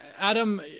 Adam